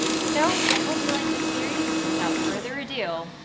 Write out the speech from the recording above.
so i hope you like this series and without further ado,